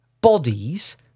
bodies